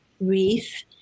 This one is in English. wreath